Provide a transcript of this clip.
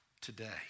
today